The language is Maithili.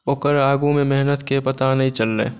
ओकर आगू मे मेहनतके पता नहि चललै